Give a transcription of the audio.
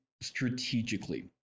strategically